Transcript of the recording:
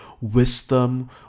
wisdom